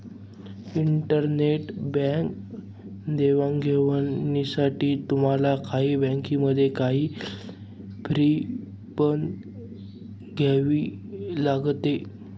internet bank देवाणघेवाणीसाठी तुम्हाला काही बँकांमध्ये, काही फी पण द्यावी लागते